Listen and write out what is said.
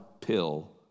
pill